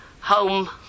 home